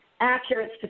accurate